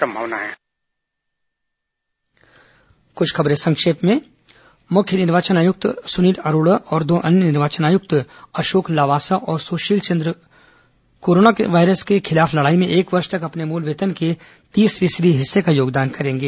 संक्षिप्त समाचार मुख्य निर्वाचन आयुक्त सुनील अरोड़ा और अन्य दो निर्वाचन आयुक्त अशोक लावासा और सुशील चंद्र कोरोना वायरस के खिलाफ लड़ाई में एक वर्ष तक अपने मूल वेतन के तीस प्रतिशत हिस्से का योगदान करेंगे